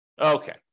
Okay